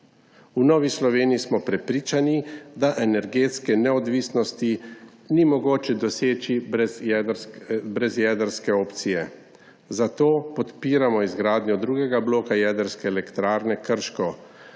V Novi Sloveniji smo prepričani, da energetske neodvisnosti ni mogoče doseči brez jedrske opcije. Zato podpiramo izgradnjo drugega bloka jedrske elektrarne Krško.